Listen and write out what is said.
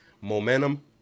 Momentum